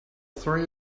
three